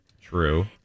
true